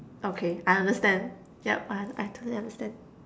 okay I understand yup I I totally understand